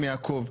יעקב?